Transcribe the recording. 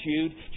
Attitude